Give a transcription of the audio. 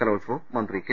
കലോത്സവം മന്ത്രി കെ